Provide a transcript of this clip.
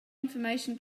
information